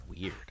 Weird